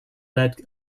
led